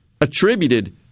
attributed